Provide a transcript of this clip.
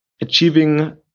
achieving